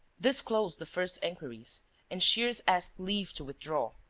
this closed the first inquiries and shears asked leave to withdraw.